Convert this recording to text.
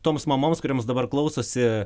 toms mamoms kurioms dabar klausosi